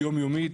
יומיומית,